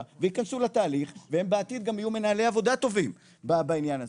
ויכנסו לתהליך והם בעתיד גם יהיו מנהלי עבודה טובים בעניין הזה,